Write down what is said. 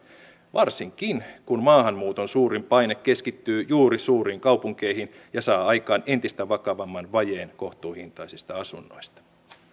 varsinkin kun maahanmuuton suurin paine keskittyy juuri suuriin kaupunkeihin ja saa aikaan entistä vakavamman vajeen kohtuuhintaisista asunnoista